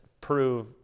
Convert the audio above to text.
prove